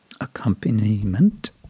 accompaniment